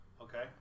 Okay